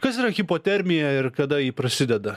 kas yra hipotermija ir kada ji prasideda